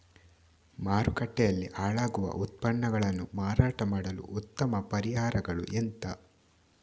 ಮಾರುಕಟ್ಟೆಯಲ್ಲಿ ಹಾಳಾಗುವ ಉತ್ಪನ್ನಗಳನ್ನು ಮಾರಾಟ ಮಾಡಲು ಉತ್ತಮ ಪರಿಹಾರಗಳು ಎಂತ?